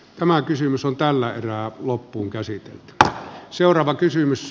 tämä kysymys on ollut ensiarvoisen tärkeä